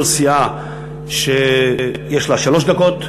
כל סיעה יש לה שלוש דקות.